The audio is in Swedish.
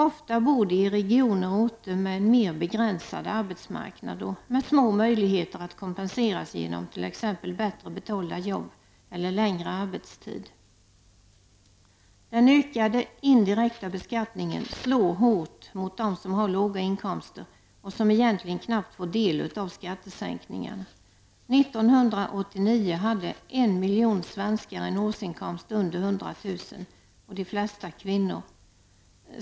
Ofta bor de i regioner och orter med en mer begränsad arbetsmarknad och med små möjligheter att kompensera sig genom t.ex. bättre betalda jobb eller längre arbetstid. Den ökade indirekta beskattningen slår hårt mot dem som har låga inkomster och som egentligen knappt får del av skattesänkningarna. 1989 hade en miljon svenskar en årsinkomst under 100 000 kr., de flesta kvinnor.